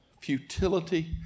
Futility